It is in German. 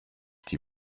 die